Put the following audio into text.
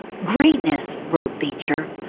greatness, wrote beecher,